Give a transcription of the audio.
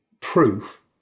proof